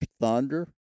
thunder